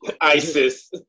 ISIS